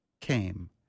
came